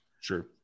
Sure